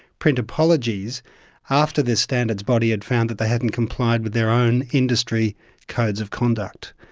print apologies after the standards body had found that they hadn't complied with their own industry codes of conduct.